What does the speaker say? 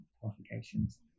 qualifications